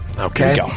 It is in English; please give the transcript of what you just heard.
Okay